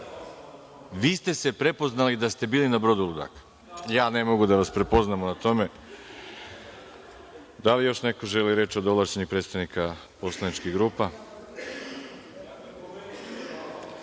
ste se prepoznali da ste bili na brodu ludaka? Ja ne mogu da vas prepoznam u tome. Da li još neko želi reč od ovlašćenih predstavnika poslaničkih grupa?(Goran Ćirić,